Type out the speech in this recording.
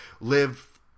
live